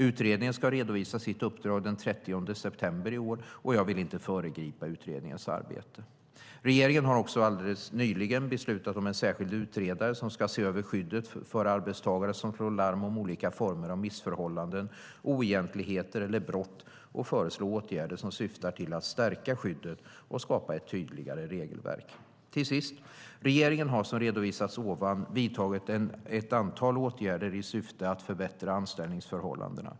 Utredningen ska redovisa sitt uppdrag den 30 september i år, och jag vill inte föregripa utredningens arbete. Regeringen har också alldeles nyligen beslutat att en särskild utredare ska se över skyddet för arbetstagare som slår larm om olika former av missförhållanden, oegentligheter eller brott och föreslå åtgärder som syftar till att stärka skyddet och skapa ett tydligare regelverk. Till sist har regeringen, som redovisats ovan, vidtagit ett antal åtgärder i syfte att förbättra anställningsförhållandena.